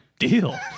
Deal